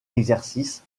exercice